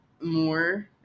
more